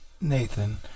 Nathan